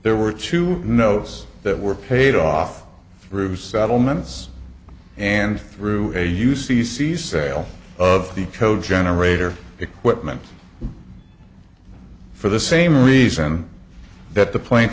there were two notes that were paid off through settlements and through a u c c sale of the code generator equipment for the same reason that the plaint